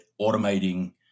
automating